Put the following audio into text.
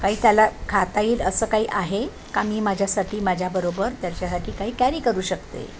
काही त्याला खाता येईल असं काही आहे का मी माझ्यासाठी माझ्याबरोबर त्याच्यासाठी काही कॅरी करू शकते